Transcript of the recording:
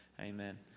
Amen